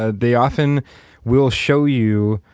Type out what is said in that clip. ah they often will show you.